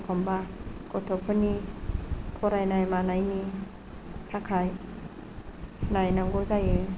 एखनब्ला गथ'फोरनि फरायनाय मानायनि थाखाय नायनांगौ जायो